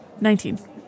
Nineteen